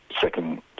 second